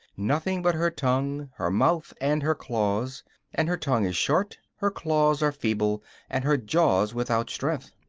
nothing but her tongue, her mouth and her claws and her tongue is short, her claws are feeble and her jaws without strength.